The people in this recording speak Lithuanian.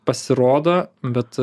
pasirodo bet